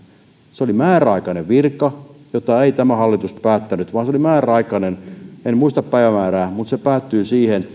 se oli määräaikainen virka jota ei tämä hallitus päättänyt vaan se oli määräaikainen en muista päivämäärää mihin se päättyi mutta se päättyi siihen